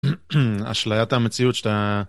אשליית המציאות שאתה.